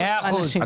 מאה אחוז.